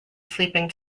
sleeping